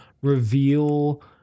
reveal